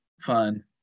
fun